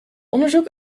onderzoek